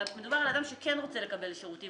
אלא מדובר על אדם שכן רוצה לקבל שירותים